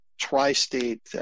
tri-state